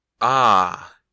Ah